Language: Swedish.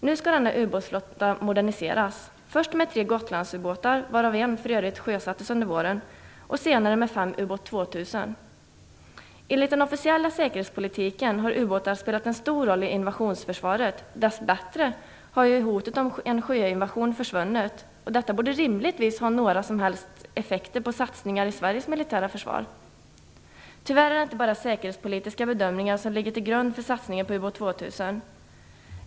Nu skall denna ubåtsflotta moderniseras, först med tre Gotlandsubåtar, varav en sjösattes under våren, och senare med fem Ubåt 2000. Enligt den officiella säkerhetspolitiken har ubåtar spelat en stor roll för invasionsförsvaret. Dess bättre har hotet om en sjöinvasion försvunnit. Detta borde rimligtvis få konsekvenser för satsningarna inom Tyvärr är det inte bara säkerhetspolitiska bedömningar som ligger till grund för satsningen på Ubåt 2000.